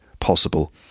Possible